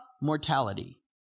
mortality